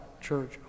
church